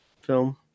film